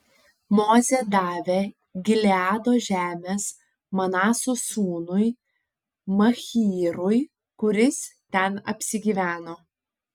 mozė davė gileado žemes manaso sūnui machyrui kuris ten apsigyveno